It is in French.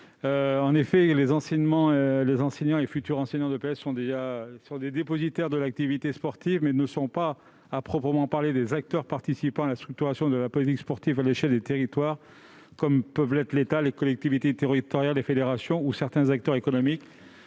En effet, si les enseignants d'EPS, actuels et futurs, sont des dépositaires de l'activité sportive, ils ne sont pas à proprement parler des acteurs participant à la structuration de la politique sportive à l'échelle des territoires comme peuvent l'être l'État, les collectivités territoriales, les fédérations sportives ou certains acteurs économiques.